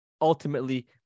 ultimately